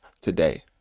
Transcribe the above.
today